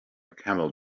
camel